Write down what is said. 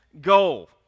goal